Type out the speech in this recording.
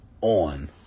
on